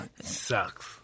sucks